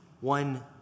one